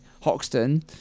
Hoxton